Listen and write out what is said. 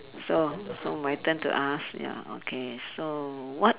so so my turn to ask ya okay so what